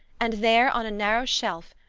and there, on a narrow shelf,